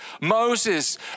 Moses